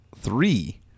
three